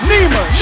Nima